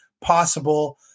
possible